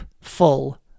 full